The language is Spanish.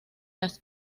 las